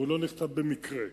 הוא לא נכתב במקרה.